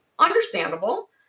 understandable